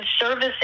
service